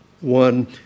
one